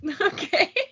okay